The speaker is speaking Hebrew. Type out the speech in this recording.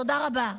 תודה רבה.